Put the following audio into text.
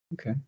Okay